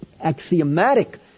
axiomatic